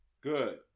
Good